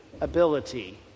ability